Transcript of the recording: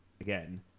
again